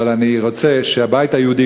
אבל אני רוצה שהבית היהודי,